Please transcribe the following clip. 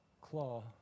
claw